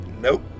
Nope